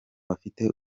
bafite